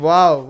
Wow